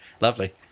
lovely